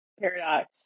paradox